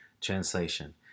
translation